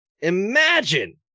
imagine